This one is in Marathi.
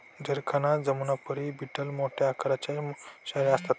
जरखाना जमुनापरी बीटल मोठ्या आकाराच्या शेळ्या असतात